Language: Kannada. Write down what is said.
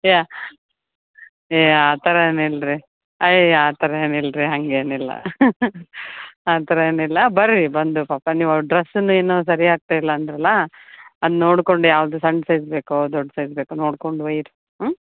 ಯಾ ಏ ಆ ಥರ ಏನಿಲ್ಲ ರೀ ಅಯ್ಯ ಆ ಥರ ಏನಿಲ್ಲ ರೀ ಹಾಗೇನಿಲ್ಲ ಆ ಥರ ಏನಿಲ್ಲ ಬರ್ರಿ ಬಂದು ಪಾಪ ನೀವು ಡ್ರಸನ್ನು ಏನೋ ಸರಿ ಆಗ್ತ ಇಲ್ಲ ಅಂದ್ರಲ್ಲ ಅದು ನೋಡ್ಕೊಂಡು ಯಾವ್ದು ಸಣ್ಣ ಸೈಜ್ ಬೇಕೋ ದೊಡ್ಡ ಸೈಜ್ ಬೇಕೋ ನೋಡ್ಕೊಂಡು ಒಯ್ಯಿರಿ ಹ್ಞೂ